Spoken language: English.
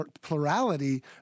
plurality